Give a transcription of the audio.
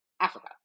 Africa